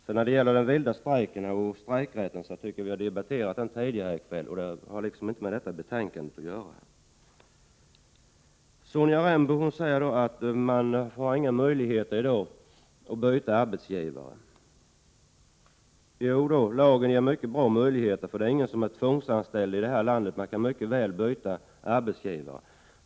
Frågan om vilda strejker och strejkrätt tycker jag vi har debatterat tillräckligt tidigare i kväll, och den frågan har liksom inte med detta betänkande att göra. Sonja Rembo säger att man i dag inte har några möjligheter att byta arbetsgivare. Jo, lagen ger mycket goda möjligheter till det. Ingen i det här landet är ju tvångsanställd, så man kan mycket väl byta arbetsgivare.